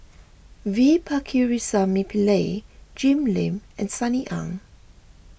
V Pakirisamy Pillai Jim Lim and Sunny Ang